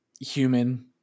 human